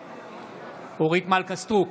בעד אורית מלכה סטרוק,